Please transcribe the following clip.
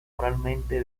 oralmente